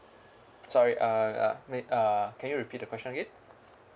sorry uh uh uh can you repeat the question again